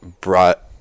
brought